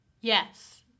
Yes